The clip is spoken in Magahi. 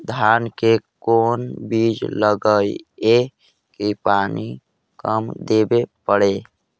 धान के कोन बिज लगईऐ कि पानी कम देवे पड़े?